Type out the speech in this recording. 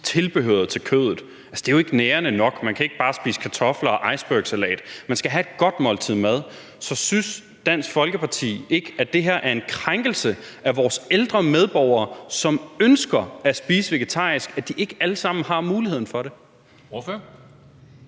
tilbehøret til kødet. Altså, det er jo ikke nærende nok. Man kan ikke bare spise kartofler og icebergsalat. Man skal have et godt måltid mad. Så synes Dansk Folkeparti ikke, at det her er en krænkelse af vores ældre medborgere, som ønsker at spise vegetarisk, at de ikke alle sammen har muligheden for det?